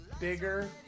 Bigger